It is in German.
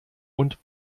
und